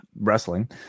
wrestling